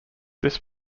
this